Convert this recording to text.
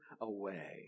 away